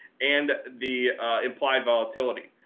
and the implied volatility.